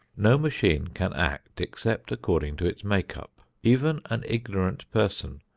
no machine can act except according to its make-up. even an ignorant person,